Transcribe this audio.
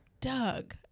Doug